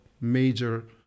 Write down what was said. major